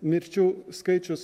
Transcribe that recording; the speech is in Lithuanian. mirčių skaičius